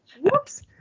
whoops